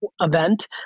event